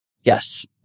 Yes